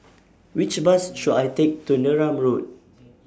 Which Bus should I Take to Neram Road